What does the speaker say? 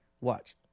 Watch